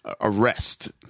arrest